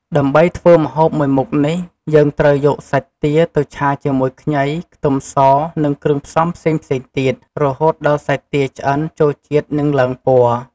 ដើម្បីធ្វើម្ហូបមួយមុខនេះ យើងត្រូវយកសាច់ទាទៅឆាជាមួយខ្ញី ខ្ទឹមស និងគ្រឿងផ្សំផ្សេងៗទៀត រហូតដល់សាច់ទាឆ្អិនចូលជាតិ និងឡើងពណ៌។